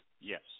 Yes